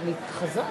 דווקא בשורות האלה.